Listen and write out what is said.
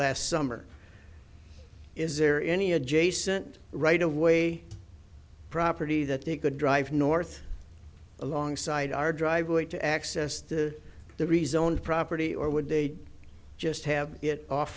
last summer is there any adjacent right of way property that they could drive north along side our driveway to access to the rezone property or would they just have it off